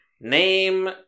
name